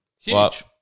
Huge